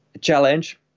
Challenge